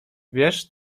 wiesz